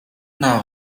know